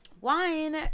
Wine